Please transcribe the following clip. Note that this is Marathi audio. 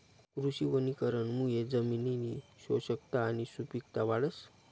कृषी वनीकरणमुये जमिननी पोषकता आणि सुपिकता वाढस